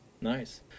Nice